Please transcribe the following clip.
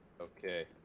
Okay